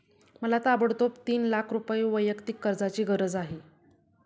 मला ताबडतोब तीन लाख रुपये वैयक्तिक कर्जाची गरज आहे